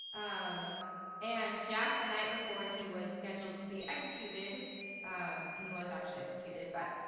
um and jack the night before he was scheduled to be executed um and he was actually executed but,